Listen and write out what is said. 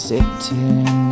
Sitting